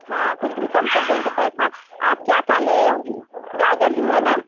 हाँ कुछ भी कम कर देंगे पैसा आप क्या क्या लोगी गाजर भी है ना